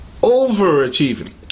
overachieving